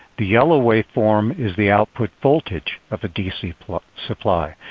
the yellow waveform is the output voltage of a dc supply.